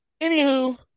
anywho